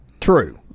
True